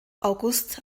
august